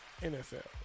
NFL